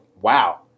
wow